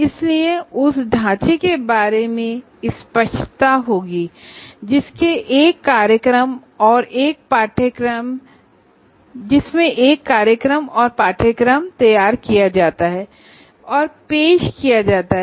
इसलिए उस ढांचे के बारे में स्पष्टता होगी जिसमें एक प्रोग्राम और एक कोर्स तैयार और पेश किया जाता है